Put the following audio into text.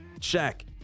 check